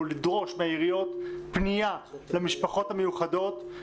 לדרוש מהעיריות פנייה למשפחות המיוחדות,